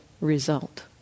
result